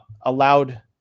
allowed